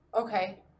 Okay